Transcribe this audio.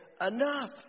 enough